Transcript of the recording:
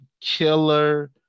killer